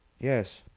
yes.